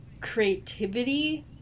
creativity